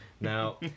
Now